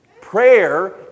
Prayer